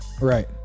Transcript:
Right